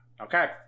Okay